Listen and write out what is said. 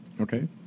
Okay